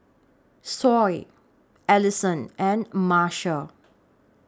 Sol Ellison and Marshal